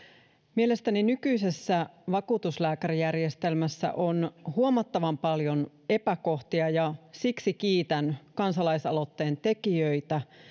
mielestäni nykyisessä vakuutuslääkärijärjestelmässä on huomattavan paljon epäkohtia ja siksi kiitän kansalaisaloitteen tekijöitä